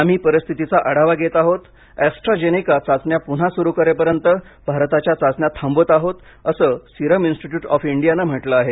आम्ही परिस्थितीचा आढावा घेत आहोत अॅस्ट्रॅजेनेका चाचण्या पुन्हा सुरू करेपर्यंत भारताच्या चाचण्या थांबवित आहोत असे सीरम इन्स्टिट्यूट ऑफ इंडियाने म्हटले आहे